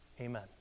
Amen